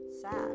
sad